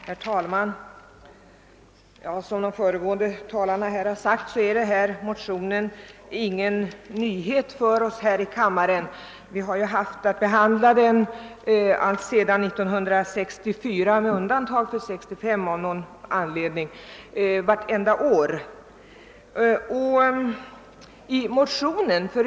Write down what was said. Herr talman! Som framhållits av de föregående talarna innebär motionen inga nyheter för kammarens ledamöter, eftersom vi varje år haft att behandla liknande motioner alltsedan år 1964, av någon anledning med undantag för år 1965.